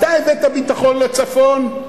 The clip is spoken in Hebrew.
אתה הבאת ביטחון לצפון?